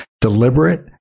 deliberate